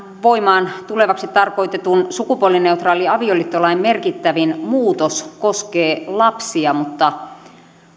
voimaan tulevaksi tarkoitetun sukupuolineutraalin avioliittolain merkittävin muutos koskee lapsia mutta